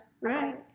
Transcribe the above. Right